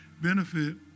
benefit